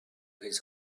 his